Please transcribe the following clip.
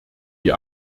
die